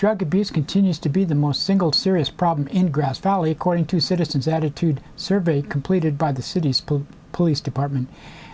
drug abuse continues to be the most single serious problem in grass valley according to citizens attitude survey completed by the city's police police department